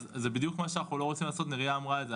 אז זה בדיוק לא מה שאנחנו רוצים לעשות ונריה אמרה את זה.